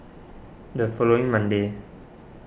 the following monday